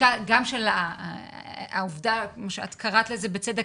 ובדיקה גם של העובדה כמו שאת קראת לזה בצדק,